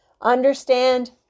Understand